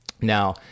now